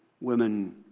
women